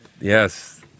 Yes